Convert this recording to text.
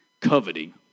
coveting